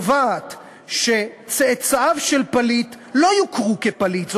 קובעת שצאצאיו של פליט לא יוכרו כפליטים.